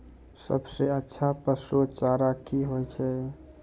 सबसे अच्छा पसु चारा की होय छै?